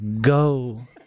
go